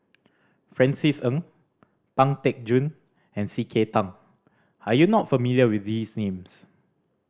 Francis Ng Pang Teck Joon and C K Tang are you not familiar with these names